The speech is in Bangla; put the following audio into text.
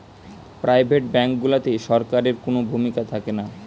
প্রাইভেট ব্যাঙ্ক গুলাতে সরকারের কুনো ভূমিকা থাকেনা